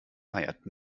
feiert